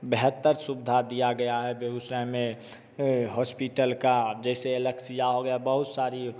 बेहतर सुविधा दिया गया है बेगूसराय में हॉस्पिटल का जैसे अलेक्सिया हो गया बहुत सारी